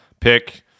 pick